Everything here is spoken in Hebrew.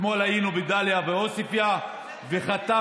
אתמול היינו בדאליה ועוספיא וחתמנו,